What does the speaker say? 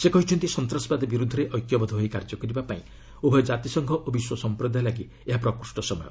ସେ କହିଛନ୍ତି ସନ୍ତାସବାଦ ବିରୃଦ୍ଧରେ ଐକ୍ୟବଦ୍ଧ ହୋଇ କାର୍ଯ୍ୟ କରିବାପାଇଁ ଉଭୟ ଜାତିସଂଘ ଓ ବିଶ୍ୱ ସମ୍ପ୍ରଦାୟ ଲାଗି ଏହା ପ୍ରକୃଷ୍ଟ ସମୟ